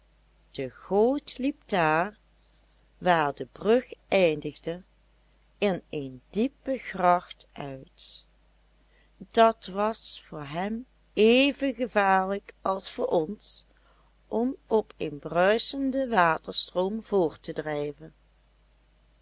de goot liep daar waar de brug eindigde in een diepe gracht uit dat was voor hem even gevaarlijk als voor ons om op een bruisenden waterstroom voort te drijven